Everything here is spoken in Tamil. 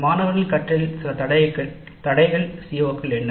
மாணவர்களுக்கு சில இடையூறுகள் உள்ள அனைத்து CO களும் எவை